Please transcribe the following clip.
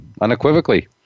unequivocally